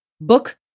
book